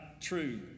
true